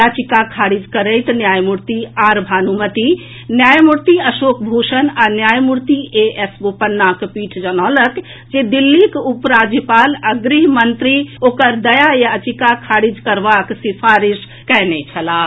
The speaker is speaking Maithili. याचिका खारिज करैत न्यायमूर्ति आर भानुमति न्यायमूर्ति अशोक भूषण आ न्यायमूर्ति ए एस बोपन्नाक पीठ जनौलक जे दिल्लीक उपराज्यपाल आ गृह मंत्री ओकर दया याचिका खारिज करबाक सिफारिश कयने छलाह